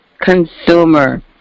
consumer